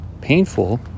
painful